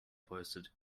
posted